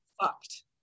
fucked